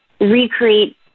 recreate